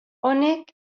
honek